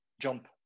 jump